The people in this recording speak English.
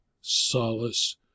solace